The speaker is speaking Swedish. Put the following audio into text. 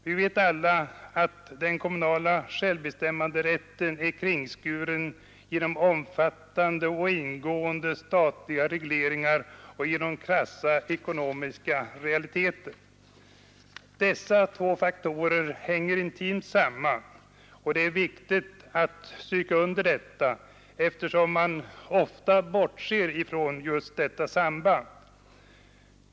Vi vet alla att den kommunala självbestämmanderätten är kringskuren genom omfattande och ingående statliga regleringar och genom krassa ekonomiska realiteter. Dessa två faktorer hänger intimt samman — det är viktigt att stryka under detta, eftersom man ofta bortser från det sambandet.